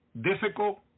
difficult